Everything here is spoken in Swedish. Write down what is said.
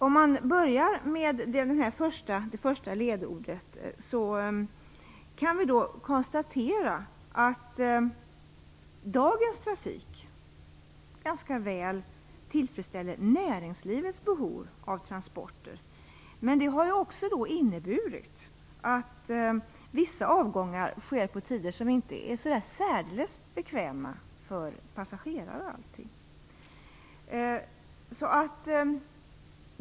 Om jag börjar med det första ledordet, kan jag konstatera att dagens trafik ganska väl tillfredsställer näringslivets behov av transporter. Men det har också inneburit att vissa avgångar sker på tider som inte är så särdeles bekväma för passagerarna.